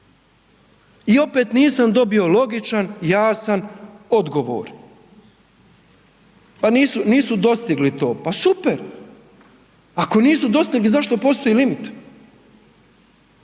I opet nisam dobio logičan, jasan odgovor. Pa nisu dostigli to. Pa super. Ako nisu dostigli, zašto postoji limit?